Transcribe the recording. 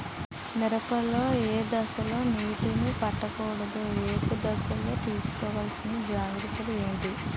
మిరప లో ఏ దశలో నీటినీ పట్టకూడదు? ఏపు దశలో తీసుకోవాల్సిన జాగ్రత్తలు ఏంటి?